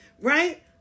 right